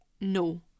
no